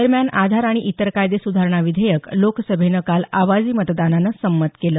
दरम्यान आधार आणि इतर कायदे सुधारणा विधेयक लोकसभेनं काल आवाजी मतदानानं संमत केलं